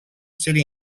chcieli